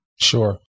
Sure